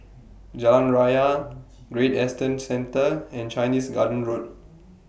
Jalan Raya Great Eastern Centre and Chinese Garden Road